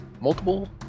multiple